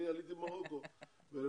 אני עליתי ממרוקו ב-1965.